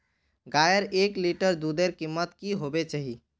गायेर एक लीटर दूधेर कीमत की होबे चही?